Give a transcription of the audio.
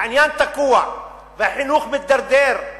והעניין תקוע, והחינוך מידרדר,